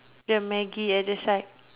the maggi at the side